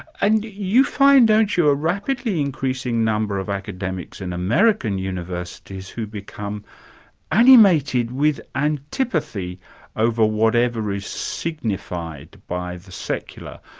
and you find, don't you, a rapidly increasing number of academics in american universities who become animated with antipathy over whatever is signified by the secular,